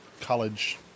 college